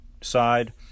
side